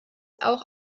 auch